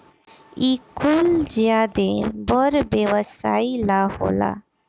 इ कुल ज्यादे बड़ व्यवसाई ला होला